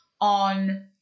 on